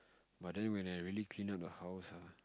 but then when I really clean up the house ah